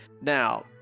now